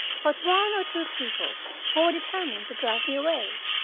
but one or two people who were determined to drive me away?